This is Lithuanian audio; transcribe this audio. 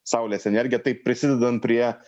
saulės energiją taip prisidedant prie